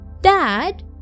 Dad